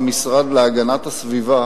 שהמשרד להגנת הסביבה